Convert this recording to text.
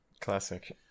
Classic